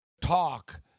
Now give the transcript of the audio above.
talk